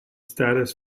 status